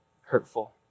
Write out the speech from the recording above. hurtful